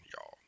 y'all